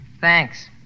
Thanks